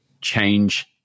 change